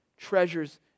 treasures